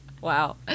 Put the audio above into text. wow